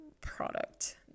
product